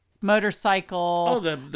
motorcycle